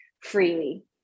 freely